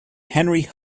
henry